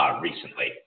recently